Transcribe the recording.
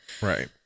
Right